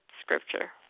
scripture